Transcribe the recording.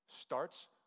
starts